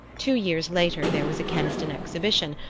two years later there was a keniston exhibition,